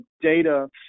data